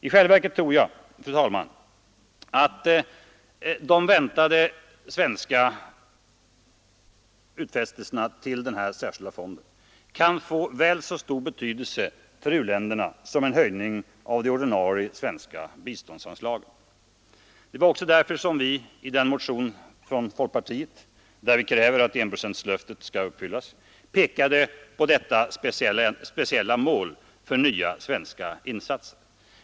I själva verket tror jag att det väntade svenska bidraget till den särskilda fonden kan få väl så stor betydelse för u-länderna som en höjning av de ordinarie svenska biståndsanslagen. Det var också därför som vi i den motion från folkpartiet, där vi krävde att enprocentslöftet skall uppfyllas, pekade på detta speciella mål för nya svenska insatser.